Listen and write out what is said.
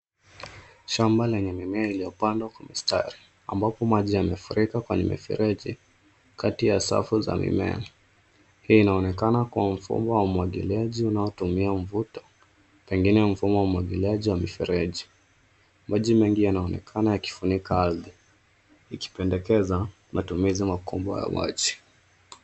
Shamba lenye mimea iliyopandwa kwa mistari ,ambapo maji yamefurika kwenye mifereji kati ya safu za mimea. Hii inaonekana kuwa mfumo wa umwangiliaji unaotumia mvuto pengine mfumo wa umwangiliaji wa mifereji. Maji mengi yanaonekana yakifunika ardhi ikipendekeza matumizi makubwa ya maji.